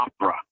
opera